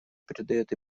придает